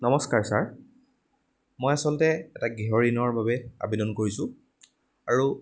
নমস্কাৰ ছাৰ মই আচলতে এটা গৃহ ঋণৰ বাবে আবেদন কৰিছোঁ আৰু